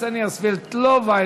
קסניה סבטלובה,